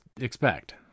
expect